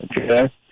Okay